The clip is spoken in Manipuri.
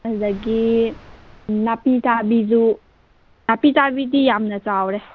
ꯑꯗꯒꯤ ꯅꯥꯄꯤꯆꯥꯕꯤꯁꯨ ꯅꯥꯄꯤꯆꯥꯕꯤꯗꯤ ꯌꯥꯝꯅ ꯆꯥꯎꯔꯦ